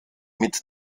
mit